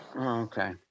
Okay